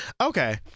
Okay